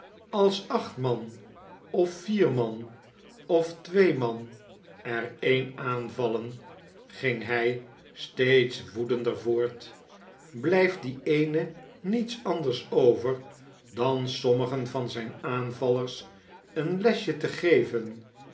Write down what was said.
als acht man of vier man of twee maner een aanvallen ging hg steeds woedender voort blijft dien eenen niets anders over dan sommigen van zijn aanvallers een lesje te geven